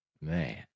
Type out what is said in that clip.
Man